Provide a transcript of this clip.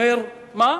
אומר: מה?